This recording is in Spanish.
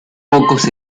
pocos